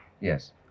Yes